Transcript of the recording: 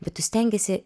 bet tu stengiesi